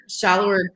shallower